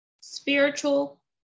spiritual